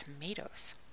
tomatoes